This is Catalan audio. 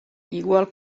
igual